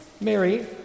Mary